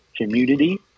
community